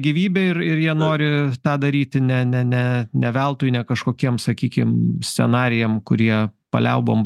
gyvybe ir ir jie nori tą daryti ne ne ne ne veltui ne kažkokiems sakykim scenarijam kurie paliaubom